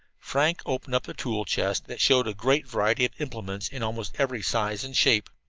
frank opened up a tool chest that showed a great variety of implements in almost every size and shape.